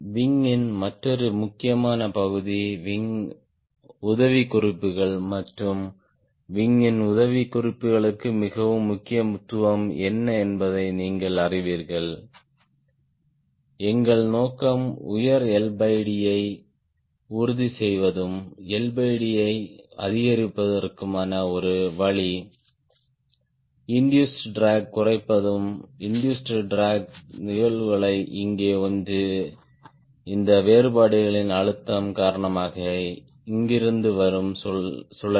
விங்யின் மற்றொரு முக்கியமான பகுதி விங் உதவிக்குறிப்புகள் மற்றும் விங்யின் உதவிக்குறிப்புகளுக்கு மிகவும் முக்கியத்துவம் என்ன என்பதை நீங்கள் அறிவீர்கள் எங்கள் நோக்கம் உயர் LD ஐ உறுதி செய்வதும் LD ஐ அதிகரிப்பதற்கான ஒரு வழி இண்டூஸ்ட் ட்ராக் குறைப்பதும் இண்டூஸ்ட் ட்ராக் நிகழ்வுகளைத் இங்கே ஒன்று இந்த வேறுபாடுகளின் அழுத்தம் காரணமாக இங்கிருந்து வரும் சுழல்கள்